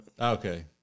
Okay